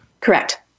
Correct